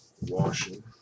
washing